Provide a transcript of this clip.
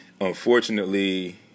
unfortunately